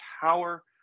power